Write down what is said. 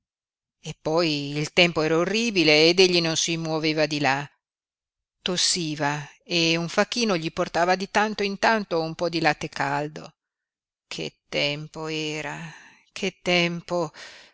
paura eppoi il tempo era orribile ed egli non si muoveva di là tossiva e un facchino gli portava di tanto in tanto un po di latte caldo che tempo era che tempo